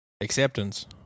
Acceptance